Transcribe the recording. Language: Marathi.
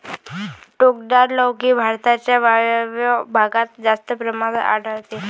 टोकदार लौकी भारताच्या वायव्य भागात जास्त प्रमाणात आढळते